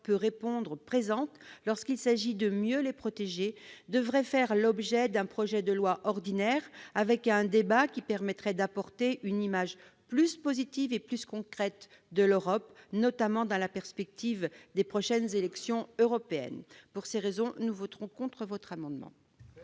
peut répondre présent, lorsqu'il s'agit de mieux les protéger, devrait faire l'objet d'un projet de loi ordinaire, avec un débat qui permettrait d'apporter une image plus positive et plus concrète de l'Europe, notamment dans la perspective des prochaines élections européennes. Pour ces raisons, nous voterons contre votre amendement.